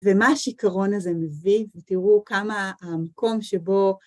ומה השכרון הזה מביא, ותראו כמה המקום שבו...